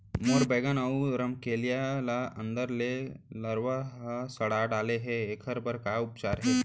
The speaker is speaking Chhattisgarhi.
मोर बैगन अऊ रमकेरिया ल अंदर से लरवा ह सड़ा डाले हे, एखर बर का उपचार हे?